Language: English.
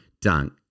Dunk